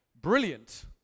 brilliant